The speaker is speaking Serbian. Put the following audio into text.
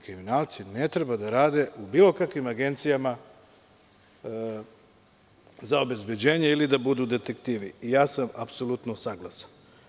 Kriminalci ne treba da rade u bilo kakvim agencijama za obezbeđenje ili da budu detektivi i ja sam saglasan.